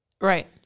right